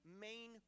main